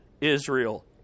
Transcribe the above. Israel